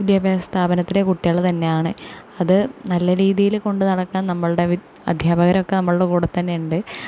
വിദ്യാഭ്യാസ സ്ഥാപനത്തിലെ കുട്ടികൾ തന്നെയാണ് അത് നല്ല രീതിയിൽ കൊണ്ട് നടക്കാൻ നമ്മളുടെ അദ്ധ്യാപകരൊക്കെ നമ്മളുടെ കൂടെ തന്നെ ഉണ്ട്